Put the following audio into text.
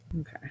Okay